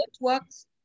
networks